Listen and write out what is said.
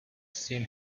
seen